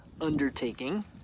undertaking